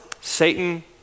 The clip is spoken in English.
Satan